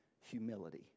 humility